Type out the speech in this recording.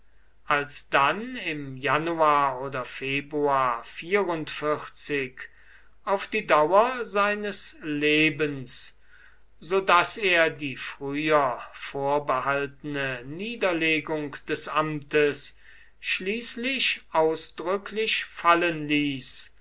alsdann im januar oder februar auf die dauer seines lebens so daß er die früher vorbehaltene niederlegung des amtes schließlich ausdrücklich fallen ließ